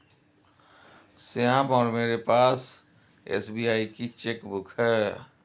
श्याम और मेरे पास एस.बी.आई की चैक बुक है